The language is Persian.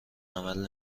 عمل